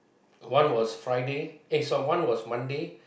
one was Friday sorry one was Monday